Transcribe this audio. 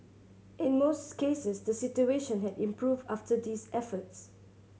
in most cases the situation had improved after these efforts